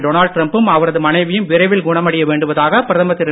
Donald டிரம்பும் அவரது மனைவியும் விரைவில் குணமடைய வேண்டுவதாக பிரதமர் திரு